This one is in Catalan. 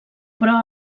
però